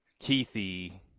Keithy